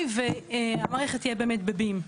המערכת תהיה באמת ב-BIM,